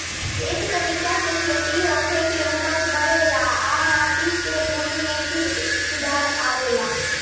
ए तरीका से खेती होखे से उपज बढ़ेला आ माटी के गुण में भी सुधार आवेला